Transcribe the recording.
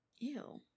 Ew